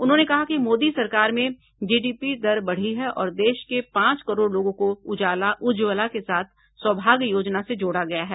उन्होंने कहा कि मोदी सरकार में जीडीपी दर बढ़ी है और देश के पांच करोड़ लोगों को उजाला उज्ज्वला के साथ सौभाग्य योजना से जोड़ा गया है